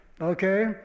okay